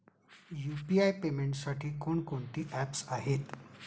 UPI पेमेंटसाठी कोणकोणती apps आहेत?